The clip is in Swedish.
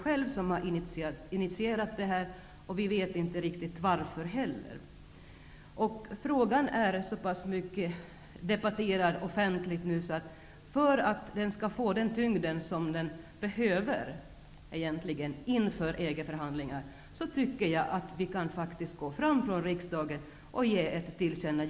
Initiativet kommer nu från utredningen, och vi vet inte riktigt varför. Frågan är offentligt redan mycket debatterad. Men för att frågan skall få den tyngd som behövs inför EG-förhandlingarna tycker jag att riksdagen bör ge regeringen sin mening till känna.